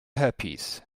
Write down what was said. herpes